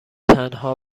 تنها